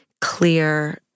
clear